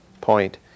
point